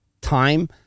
time